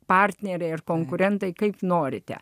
partneriai ir konkurentai kaip norite